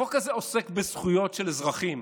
החוק הזה עוסק בזכויות של אזרחים,